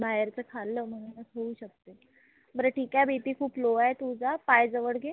बाहेरचं खाल्लं म्हणूनच होऊ शकते बरं ठीक आहे बी पी खूप लो आहे तुझा पाय जवळ घे